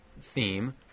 theme